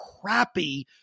crappy